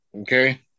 Okay